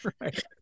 right